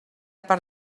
per